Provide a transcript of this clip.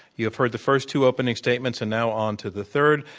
you have heard the first two opening statements and now onto the third.